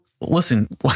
listen